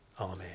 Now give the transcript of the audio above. Amen